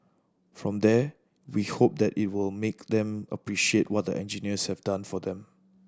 from there we hope that it will then make them appreciate what the engineers have done for them